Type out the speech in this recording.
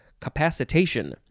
capacitation